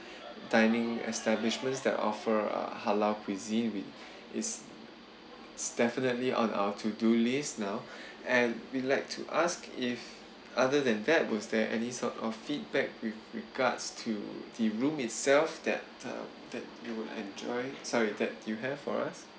dining establishments that offer a halal cuisine we is it's definitely on our to do list now and we'd like to ask if other than that was there any sort of feedback with regards to the room itself that um that you will enjoy sorry that you have for us